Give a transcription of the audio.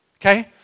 Okay